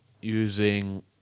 using